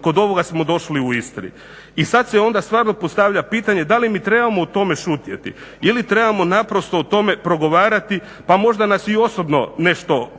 kod ovoga smo došli u Istri. I sad se onda stvarno postavlja pitanje da li mi trebamo o tome šutjeti ili trebamo naprosto o tome progovarati pa možda nas i osobno nešto koštalo.